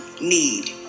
need